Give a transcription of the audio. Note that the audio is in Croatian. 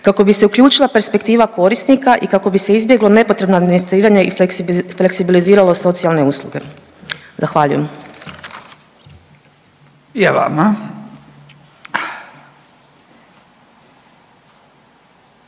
kako bi se uključila perspektiva korisnika i kako bi se izbjeglo nepotrebno administriranje i fleksibiliziralo socijalne usluge. Zahvaljujem.